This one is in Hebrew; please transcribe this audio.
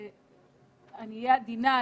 ואני אהיה עדינה,